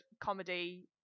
comedy